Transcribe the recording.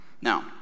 Now